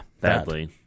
badly